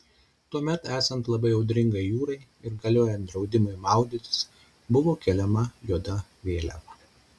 tuomet esant labai audringai jūrai ir galiojant draudimui maudytis buvo keliama juoda vėliava